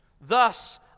Thus